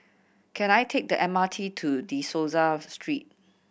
can I take the M R T to De Souza Street